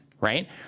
right